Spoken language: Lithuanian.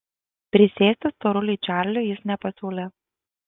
prisėsti storuliui čarliui jis nepasiūlė